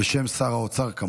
התשובה בשם שר האוצר.